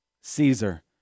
Caesar